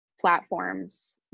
platforms